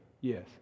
Yes